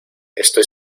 estoy